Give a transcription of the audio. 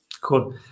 cool